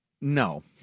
No